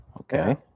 Okay